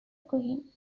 queen